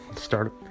start